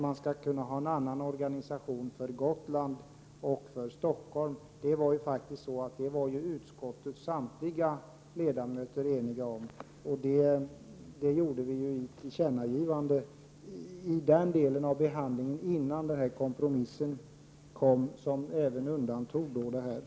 Man skall kunna ha en annan organisation för Gotland och för Stockholm, vilket utskottets samtliga ledamöter var eniga om. Vi ville också att riksdagen skulle göra ett tillkännagivande innan den kompromiss som undantog detta framlades.